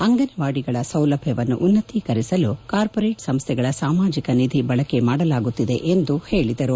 ಅಂಗನವಾಡಿಗಳ ಸೌಲಭ್ಯವನ್ನು ಉನ್ನತೀಕರಿಸಲು ಕಾರ್ಮೊರೇಟ್ ಸಂಸ್ವೆಗಳ ಸಾಮಾಜಿಕ ನಿಧಿಯನ್ನು ಬಳಕೆ ಮಾಡಲಾಗುತ್ತಿದೆ ಎಂದು ಹೇಳಿದರು